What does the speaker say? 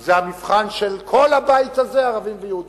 זה המבחן של כל הבית הזה, ערבים ויהודים.